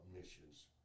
missions